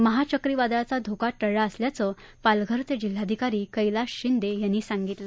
महा चक्री वादळाचा धोका टळला असल्याचं पालघरचे जिल्हाधिकारी कैलास शिंदे यांनी सांगितलं